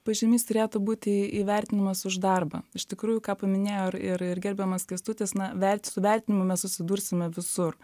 pažymys turėtų būti įvertinimas už darbą iš tikrųjų ką paminėjo ir ir gerbiamas kęstutis na vert su vertinimu mes susidursime visur